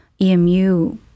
EMU